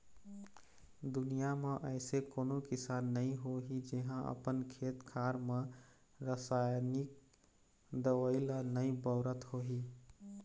दुनिया म अइसे कोनो किसान नइ होही जेहा अपन खेत खार म रसाइनिक दवई ल नइ बउरत होही